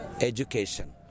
education